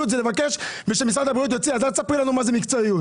אל תספרי לנו מה זו מקצועיות.